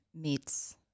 meets